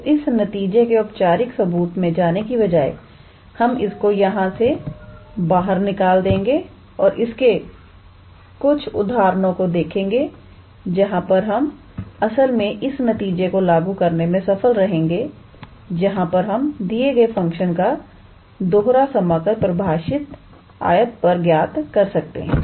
तो इस नतीजे के औपचारिक सबूत में जाने की बजाय हम इसको यहां से बाहर निकाल देंगे और इसके कुछ उदाहरणों को देखेंगे जहां पर हम असल में इस नतीजे को लागू करने में सफल रहेंगे जहां पर हम दिए गए फंक्शन का दोहरा समाकल परिभाषित आयत पर ज्ञात कर सकते हैं